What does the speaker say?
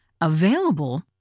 Available